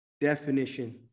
definition